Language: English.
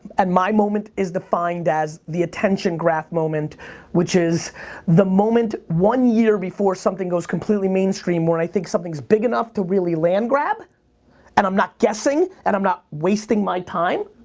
and my moment is defined as the attention graph moment which is the moment one year before something goes completely mainstream or i think something's big enough to really land grab and i'm not guessing and i'm not wasting my time.